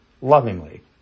lovingly